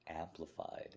amplified